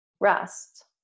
rest